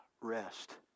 rest